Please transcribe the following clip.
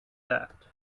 that